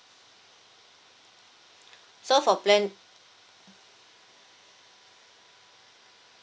so for plan